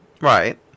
Right